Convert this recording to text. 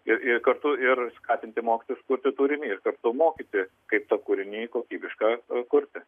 ir ir kartu ir skatinti mokytojus kurti turinį ir kartu mokyti kaip tą turinį kokybišką kurti